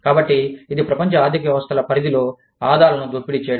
కాబట్టి ఇది ప్రపంచ ఆర్థిక వ్యవస్థలపరిధిలో ఆదాలను దోపిడీ చేయడం